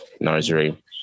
nursery